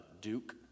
Duke